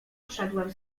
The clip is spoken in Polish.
poszedłem